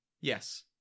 yes